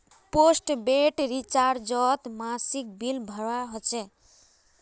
postpaid रिचार्जोत मासिक bill भरवा होचे